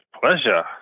pleasure